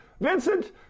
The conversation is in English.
Vincent